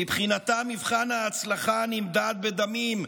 מבחינתה מבחן ההצלחה נמדד בדמים,